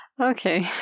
okay